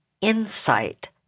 insight